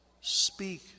speak